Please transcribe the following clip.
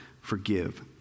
forgive